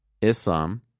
Islam